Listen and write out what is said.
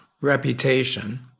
reputation